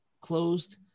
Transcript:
closed